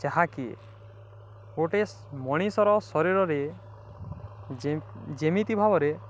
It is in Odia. ଯାହାକି ଗୋଟେ ମଣିଷର ଶରୀରରେ ଯେ ଯେମିତି ଭାବରେ